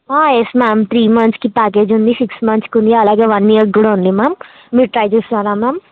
yes ma'am three మంత్కి package ఉంది six మంత్స్కి ఉంది అలాగే వన్ ఇయర్కి కూడా ఉంది మ్యామ్ మీరు ట్రై చేస్తారా మ్యామ్